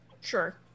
Sure